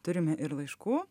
turime ir laiškų